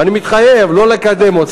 ואני מתחייב לא לקדם אותה,